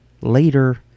later